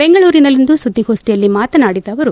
ಬೆಂಗಳೂರಿನಲ್ಲಿಂದು ಸುದ್ಲಿಗೋಷ್ನಿಯಲ್ಲಿ ಮಾತನಾಡಿದ ಅವರು